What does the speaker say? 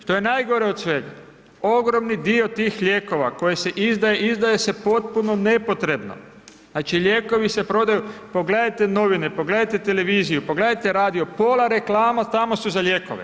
Što je najgore od svega, ogromni dio tih lijekova koje se izdaje, izdaje se potpuno nepotrebno, znači lijekovi se prodaju, pogledajte novine, pogledajte televiziju, pogledajte radio, pola reklama samo su za lijekovi.